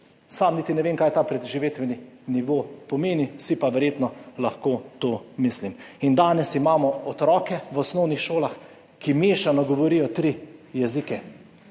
Sam niti ne vem, kaj ta preživetveni nivo pomeni, si pa verjetno lahko to mislim. Danes imamo v osnovnih šolah otroke, ki mešano govorijo tri jezike.